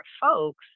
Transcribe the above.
folks